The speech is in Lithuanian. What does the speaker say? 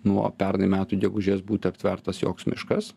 nuo pernai metų gegužės būti aptvertas joks miškas